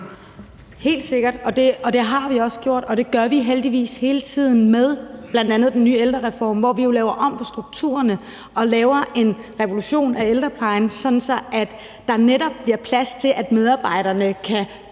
Helt sikkert, og det har vi også gjort, og det gør vi heldigvis også hele tiden med bl.a. den nye ældrereform, hvor vi jo laver om på strukturerne og laver en revolution af ældreplejen, sådan at der netop bliver plads til, at medarbejderne kan